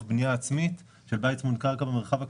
בנייה עצמית של בית צמוד קרקע במרחב הכפרי.